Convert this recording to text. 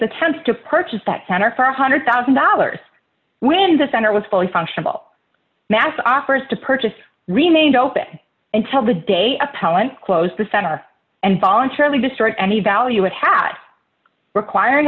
attempts to purchase that center for a one hundred thousand dollars when the center was fully functional mass offers to purchase remained open until the day appellant closed the center and voluntarily destroyed any value it had requir